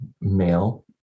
male